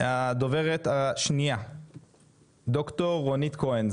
הדוברת הבאה היא ד"ר רונית כהן,